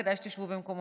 כדאי שתשבו במקומותיכם.